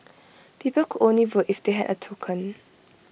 people could only vote if they had A token